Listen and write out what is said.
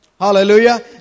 Hallelujah